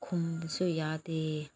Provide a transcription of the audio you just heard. ꯈꯨꯝꯕꯁꯨ ꯌꯥꯗꯦ